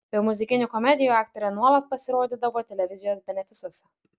be muzikinių komedijų aktorė nuolat pasirodydavo televizijos benefisuose